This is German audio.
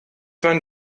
man